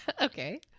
Okay